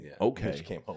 Okay